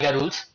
rules